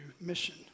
mission